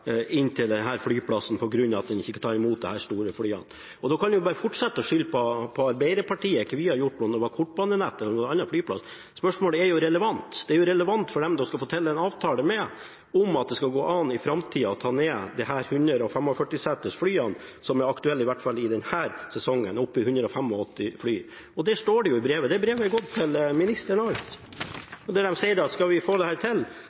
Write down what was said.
flyplassen på grunn av at en ikke kan ta imot disse store flyene. Og da kan en bare fortsette å skylde på Arbeiderpartiet, på hva vi har gjort – om det var kortbanenettet eller om det var en annen flyplass. Spørsmålet er jo relevant; det er relevant for dem som en skal få til en avtale med, om at det i framtida skal gå an å ta ned disse 145-seters flyene som er aktuelle i hvert fall i denne sesongen, og opptil 185-seters fly. Dette står det jo i brevet, og det brevet er også gått til ministeren. Der sier de at skal vi få